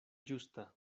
ĝusta